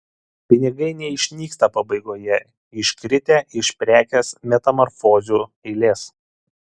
pinigai neišnyksta pabaigoje iškritę iš prekės metamorfozių eilės